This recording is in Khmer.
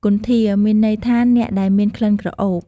គន្ធា មានន័យថាអ្នកដែលមានក្លិនក្រអូប។